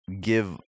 give